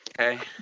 okay